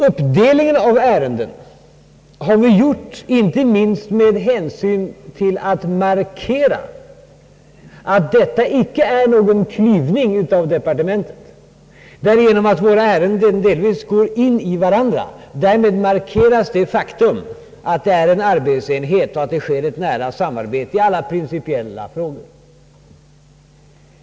Uppdelningen har gjorts inte minst med tanke på att markera att detta icke är någon klyvning av departementet — genom att våra ärenden delvis går in i varandra markeras det faktum att departementet är en arbetsenhet med ett nära samarbete i alla principiella frågor.